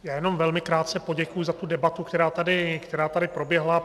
Já jenom velmi krátce poděkuji za debatu, která tady proběhla.